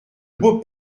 beau